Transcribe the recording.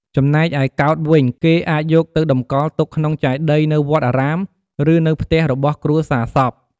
ចំណែកឯកោដ្ឋវិញគេអាចយកទៅតម្កល់ទុកក្នុងចេតិយនៅវត្តអារាម ឬនៅផ្ទះរបស់គ្រួសារសព។